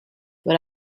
but